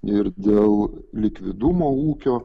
ir dėl likvidumo ūkio